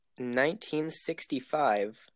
1965